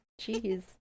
Jeez